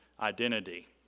identity